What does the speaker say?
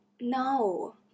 No